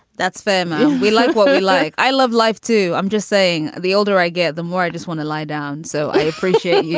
that's fair um and we like what we like. i love life too. i'm just saying, the older i get, the more i just want to lie down. so i appreciate. yeah